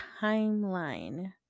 timeline